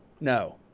no